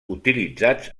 utilitzats